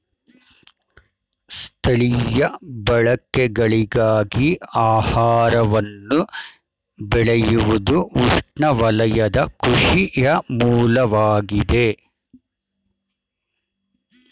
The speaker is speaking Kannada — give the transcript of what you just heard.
ಸ್ಥಳೀಯ ಬಳಕೆಗಳಿಗಾಗಿ ಆಹಾರವನ್ನು ಬೆಳೆಯುವುದುಉಷ್ಣವಲಯದ ಕೃಷಿಯ ಮೂಲವಾಗಿದೆ